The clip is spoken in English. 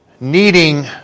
needing